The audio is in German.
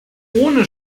ohne